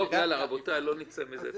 רבותיי, לא נצא מזה.